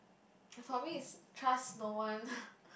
for me is trust no one